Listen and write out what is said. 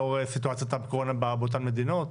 לאור סיטואציות הקורונה באותן מדינות?